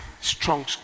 Strong